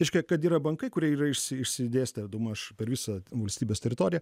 reiškia kad yra bankai kurie yra išsi išsidėstę daugmaž per visą valstybės teritoriją